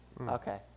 Okay